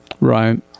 Right